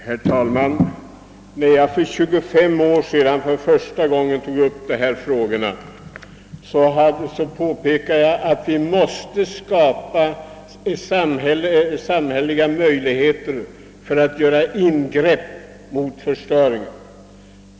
Herr talman! När jag för 25 år sedan för första gången tog upp dessa frågor, påpekade jag att vi måste skapa samhälleliga möjligheter för att göra ingrepp mot förstörelse.